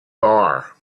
bar